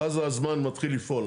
אז הזמן מתחיל לפעול.